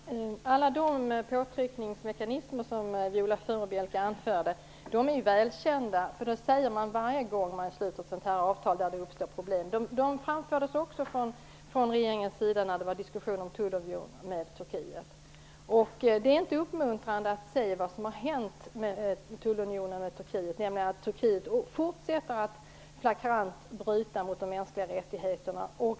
Fru talman! Alla de påtryckningsmekanismer som Viola Furubjelke anförde är välkända. De kommer till uttryck varje gång man sluter ett sådant här avtal, där det uppstår problem. De togs också upp av regeringen när det var diskussion om en tullunion med Turkiet. Det är inte uppmuntrande att se vad som har hänt med tullunionen med Turkiet, nämligen att Turkiet fortsätter att flagrant bryta mot de mänskliga rättigheterna.